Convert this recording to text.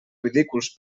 ridículs